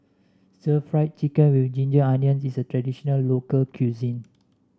Stir Fried Chicken with Ginger Onions is a traditional local cuisine